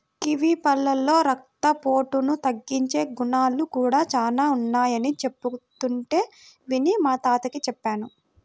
kiwi పళ్ళలో రక్తపోటును తగ్గించే గుణాలు కూడా చానా ఉన్నయ్యని చెబుతుంటే విని మా తాతకి చెప్పాను